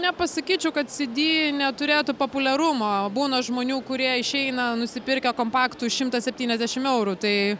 nepasakyčiau kad cd neturėtų populiarumo būna žmonių kurie išeina nusipirkę kompaktų už šimtą septyniasdešim eurų tai